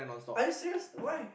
are you serious why